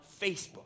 facebook